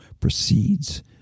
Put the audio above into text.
proceeds